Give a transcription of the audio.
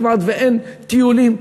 כמעט אין טיולים.